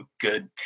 good